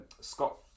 scott